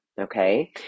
okay